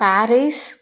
Paris